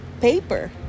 paper